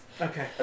Okay